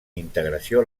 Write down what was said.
integració